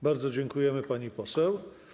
Bardzo dziękujemy, pani poseł.